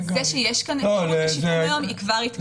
זה שיש כאן --- היא כבר התקדמות.